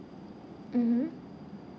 mmhmm